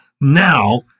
now